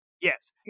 Yes